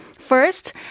First